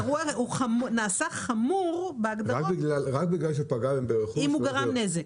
הוא נעשה חמור בהגדרה, אם הוא גרם נזק.